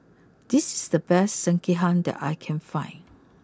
this is the best Sekihan that I can find